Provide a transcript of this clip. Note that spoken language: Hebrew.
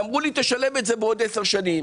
ואמרו לי תשלם את זה בעוד 10 שנים,